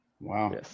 Wow